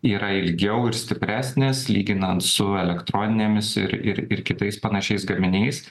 yra ilgiau ir stipresnis lyginant su elektroninėmis ir ir ir kitais panašiais gaminiais